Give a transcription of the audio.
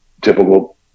typical